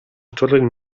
wczoraj